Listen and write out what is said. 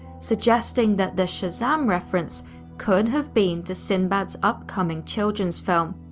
suggesting that the shazam reference could have been to sinbad's upcoming children's film.